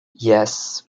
yes